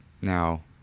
Now